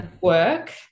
work